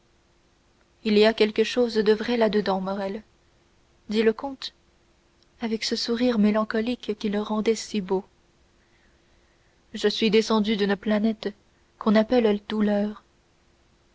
il y a quelque chose de vrai là-dedans morrel dit le comte avec ce sourire mélancolique qui le rendait si beau je suis descendu d'une planète qu'on appelle la douleur